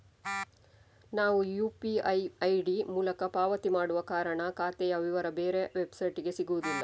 ನಾವು UPI ID ಮೂಲಕ ಪಾವತಿ ಮಾಡುವ ಕಾರಣ ಖಾತೆಯ ವಿವರ ಬೇರೆ ವೆಬ್ಸೈಟಿಗೆ ಸಿಗುದಿಲ್ಲ